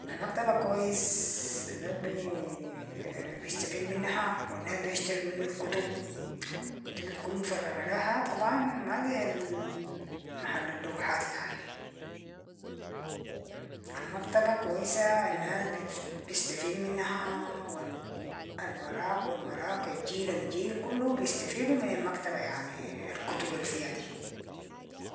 المكتبة كويس، ده بيستفيد منها و الناس بيشترو منو الكتب و انت بتكون مفرغة ليها طبعا ما زي- محل اللوحات يعني. المكتبة كويسة الناس بتستفيد منها و الوراك و الوراك الجيل الجيل كلو بيستفيدوا من المكتبة يعني الكتب الفيها دي.